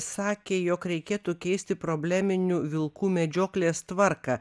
sakė jog reikėtų keisti probleminių vilkų medžioklės tvarką